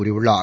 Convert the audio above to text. கூறியுள்ளார்